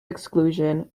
exclusion